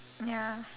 ya